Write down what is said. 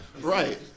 right